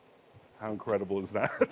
how incredible is that.